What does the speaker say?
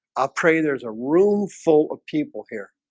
i'll pray there's a roomful of people here